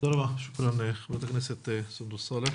תודה רבה, חברת הכנסת סונדוס סאלח.